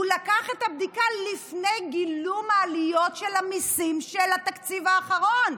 הוא לקח את הבדיקה לפני גילום עליות המיסים של התקציב האחרון.